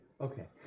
Okay